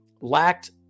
lacked